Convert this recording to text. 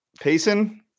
Payson